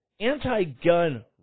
anti-gun